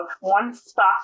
one-stop